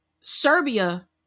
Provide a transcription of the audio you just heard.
Serbia